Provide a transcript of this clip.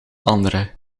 andere